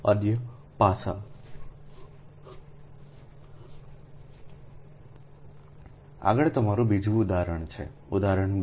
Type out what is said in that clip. આગળ તમારું બીજું ઉદાહરણ છેઉદાહરણ 2